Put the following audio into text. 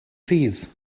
rhydd